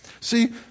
See